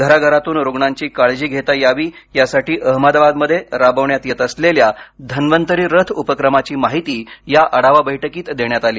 घराघरातून रुग्णांची काळजी घेता यावी यासाठी अहमदाबादमध्ये राबवण्यात येत असलेल्या धन्वंतरी रथ उपक्रमाची माहिती या आढावा बैठकीत देण्यात आली